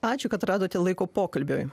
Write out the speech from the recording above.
ačiū kad radote laiko pokalbiui